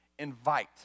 invite